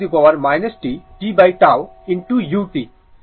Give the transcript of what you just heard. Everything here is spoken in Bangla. এটা ইকুয়েশন 77